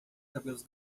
cabelos